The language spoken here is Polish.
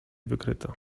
wykryto